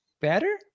better